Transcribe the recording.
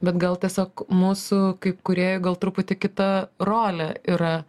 bet gal tiesiog mūsų kaip kūrėjų gal truputį kita rolė yra